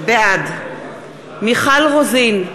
בעד מיכל רוזין,